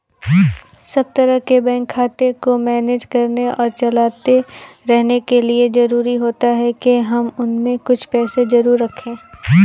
सब तरह के बैंक खाते को मैनेज करने और चलाते रहने के लिए जरुरी होता है के हम उसमें कुछ पैसे जरूर रखे